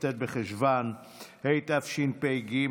כ"ט בחשוון התשפ"ג,